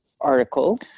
article